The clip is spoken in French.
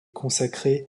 consacré